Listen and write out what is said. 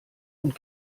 und